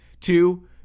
two